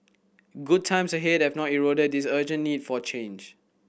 good times ahead have not eroded this urgent need for change